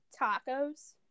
tacos